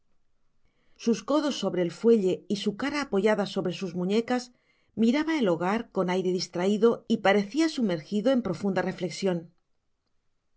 sus codos sobre el fuelle y su cara apoyada sobre sus muñecas miraba el hogar con aire distraido y parecia sumergido en profunda reflecsion